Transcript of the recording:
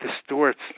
distorts